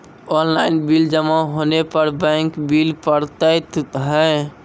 Online bill जमा होने पर बैंक बिल पड़तैत हैं?